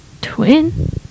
Twin